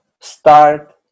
Start